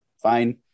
Fine